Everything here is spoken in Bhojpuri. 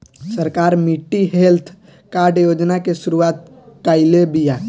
सरकार मिट्टी हेल्थ कार्ड योजना के शुरूआत काइले बिआ